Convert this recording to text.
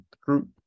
group